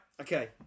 Okay